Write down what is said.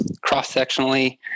cross-sectionally